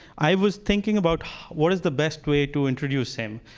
i was thinking about what is the best way to introduce him?